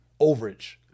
overage